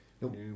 Nope